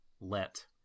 let